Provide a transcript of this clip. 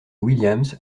williams